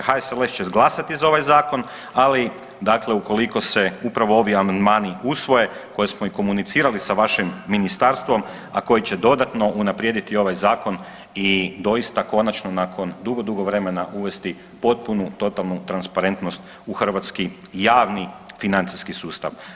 HSLS će glasati za ovaj zakon, ali dakle ukoliko se upravo ovi amandmani usvoje koje smo i komunicirali sa vašim ministarstvom, a koji će dodatno unaprijediti ovaj zakon i doista konačno nakon dugo, dugo vremena uvesti potpunu, totalnu transparentnost javni, financijski sustav.